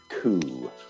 coup